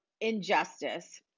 injustice